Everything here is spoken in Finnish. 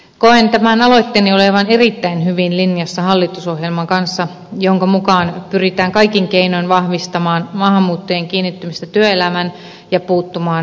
koen tämän aloitteeni olevan erittäin hyvin linjassa hallitusohjelman kanssa jonka mukaan pyritään kaikin keinoin vahvistamaan maahanmuuttajien kiinnittymistä työelämään ja puuttumaan esimerkiksi pitkäaikaistyöttömyyteen